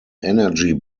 energy